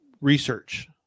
research